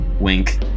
Wink